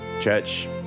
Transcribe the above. church